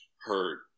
hurt